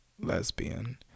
Lesbian